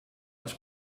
aus